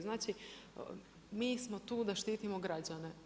Znači, mi smo tu sa štitimo građane.